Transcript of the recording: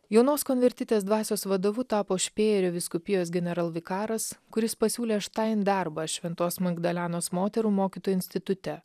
jaunos konvertitės dvasios vadovu tapo špėjerio vyskupijos generalvikaras kuris pasiūlė štain darbą šventos magdalenos moterų mokyto institute